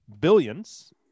billions